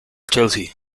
chelsea